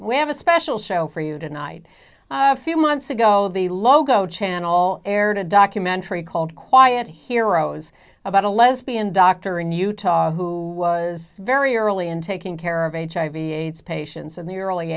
we have a special show for you tonight a few months ago the logo channel aired a documentary called quiet heroes about a lesbian doctor in utah who was very early in taking care of h i v aids patients in the early